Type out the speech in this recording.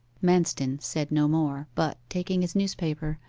manston said no more, but, taking his newspaper,